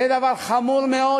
זה דבר חמור מאוד,